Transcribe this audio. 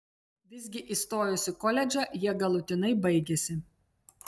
visgi įstojus į koledžą jie galutinai baigėsi